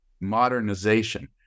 modernization